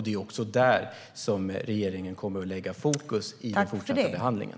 Det är också där som regeringen kommer att lägga fokus i den fortsatta behandlingen.